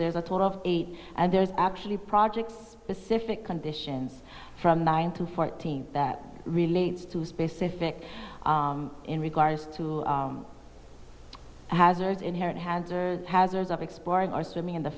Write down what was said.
there's a total of eight and there's actually projects specific conditions from nine to fourteen that relates to specific in regards to hazards inherent hazards hazards of exploring or swimming in the